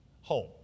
Home